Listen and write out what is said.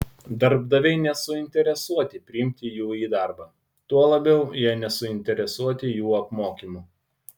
darbdaviai nesuinteresuoti priimti jų į darbą tuo labiau jie nesuinteresuoti jų apmokymu